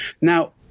Now